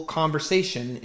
conversation